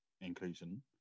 inclusion